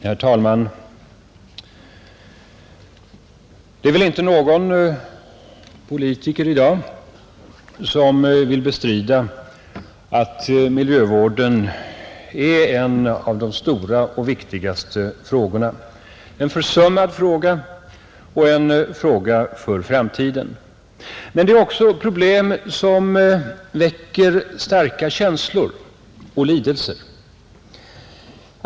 Herr talman! Det är inte någon politiker i dag som vill bestrida att miljövården i dag är en av de stora och viktigaste samhällsfrågorna. Men det är också ett problem som väcker starka känslor och lidelser.